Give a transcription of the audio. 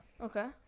Okay